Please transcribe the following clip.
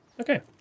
Okay